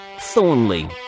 Thornley